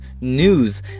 news